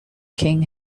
king